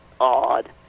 odd